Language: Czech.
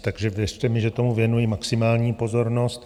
Takže věřte mi, že tomu věnuji maximální pozornost.